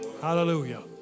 Hallelujah